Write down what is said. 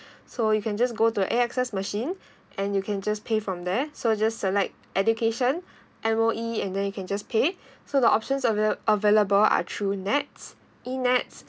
so you can just go to A_X_S machines and you can just pay from there so just select education M_O_E and then you can just pay so the options avail~ available are through nets e net